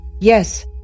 Yes